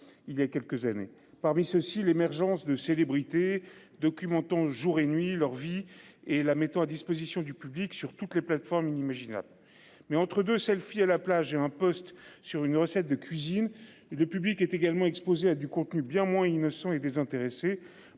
il y a quelques années. Parmi ceux-ci, l'émergence de célébrités documentant jour et nuit leur vie et la mettons à disposition du public sur toutes les plateformes inimaginable. Mais entre 2 selfie à la plage et un poste sur une recette de cuisine et le public est également exposées à du contenu bien moins innocents et désintéressé